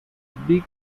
big